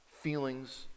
feelings